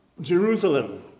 Jerusalem